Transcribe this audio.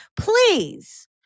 please